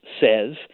says